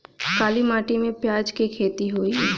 काली माटी में प्याज के खेती होई?